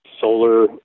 solar